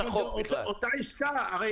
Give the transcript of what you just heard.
בבקשה, אדוני.